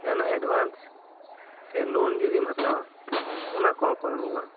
ᱡᱟᱦᱟᱸᱱᱟᱜ ᱮᱰᱵᱷᱟᱱᱥ ᱥᱮ ᱞᱳᱱ ᱡᱩᱫᱤᱢ ᱦᱟᱛᱟᱣᱟ ᱚᱱᱟ ᱠᱚᱦᱚᱸ ᱠᱚ ᱮᱢᱚᱜ ᱟ